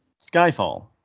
Skyfall